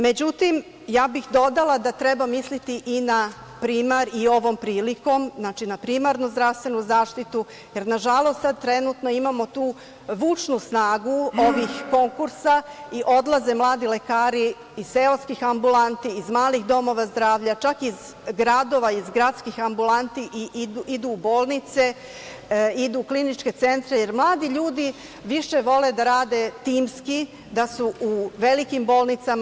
Međutim, ja bih dodala da treba misliti i na primar i ovom prilikom, znači na primarnu zdravstvenu zaštitu, jer, nažalost, sada trenutno imamo tu vučnu snagu ovih konkursa i odlaze mladi lekari iz seoskih ambulanti, iz malih domova zdravlja, čak iz gradova, iz gradskih ambulanti i idu u bolnice, idu u kliničke centre, jer mladi ljudi više vole da rade timski, da su u velikim bolnicama.